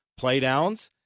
playdowns